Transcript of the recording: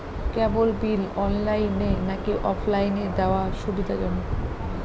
কেবল bill অনলাইনে নাকি অফলাইনে দেওয়া সুবিধাজনক?